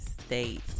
states